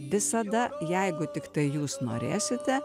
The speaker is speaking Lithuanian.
visada jeigu tiktai jūs norėsite